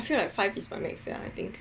I feel like five is my max sia I think